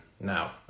now